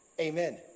Amen